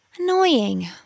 Annoying